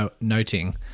noting